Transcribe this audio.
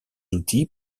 outils